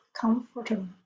comfortable